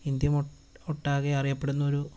India ഒട്ടാകെ അറിയപ്പെടുന്ന ഒരു